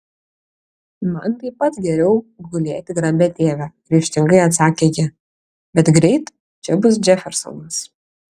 man taip pat geriau gulėti grabe tėve ryžtingai atsakė ji bet greit čia bus džefersonas